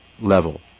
level